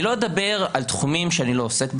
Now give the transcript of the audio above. אני לא אדבר על תחומים שאני לא עוסק בהם.